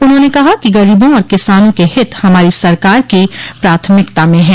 उन्होने कहा कि गरीबों और किसानों क हित हमारी सरकार की प्राथमिकता में है